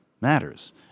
Matters